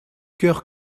coeur